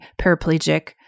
paraplegic